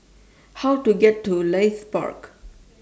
How Do I get to Leith Park